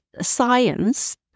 science